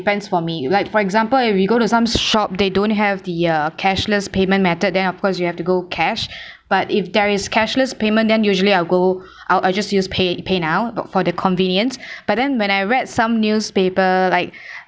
depends for me like for example if we go to some shop they don't have the uh cashless payment method then of course you have to go cash but if there is cashless payment then usually I'll go I'll I'll just use pay PayNow for the convenience but then when I read some newspaper like